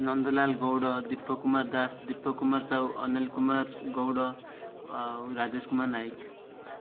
Nandlal Gaud Deepak Kumar Das Deepak Kumar Sahu Anal Kumar Gaud Rajesh Kumar Nayak